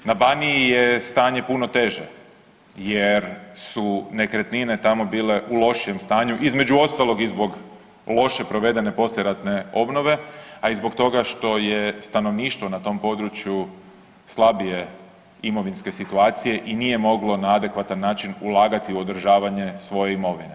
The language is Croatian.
Na Baniji je stanje puno teže jer su nekretnine tamo bile u lošijem stanju, između ostalog i zbog loše provedene poslijeratne obnove, a i zbog toga što je stanovništvo na tom području slabije imovinske situacije i nije moglo na adekvatan način ulagati u održavanje svoje imovine.